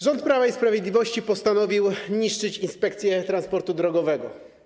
Rząd Prawa i Sprawiedliwości postanowił niszczyć Inspekcję Transportu Drogowego.